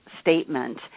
statement